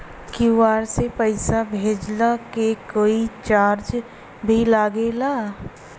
QR से पैसा भेजला के कोई चार्ज भी लागेला?